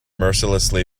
mercilessly